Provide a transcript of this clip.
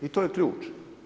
I to je ključ.